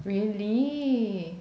really